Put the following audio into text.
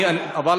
אני אומר לך,